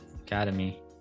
Academy